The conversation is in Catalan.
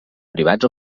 privats